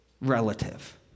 relative